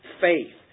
faith